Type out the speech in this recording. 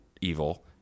evil